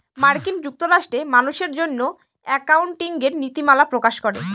মার্কিন যুক্তরাষ্ট্রে মানুষের জন্য একাউন্টিঙের নীতিমালা প্রকাশ করে